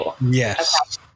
yes